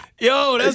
Yo